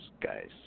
guys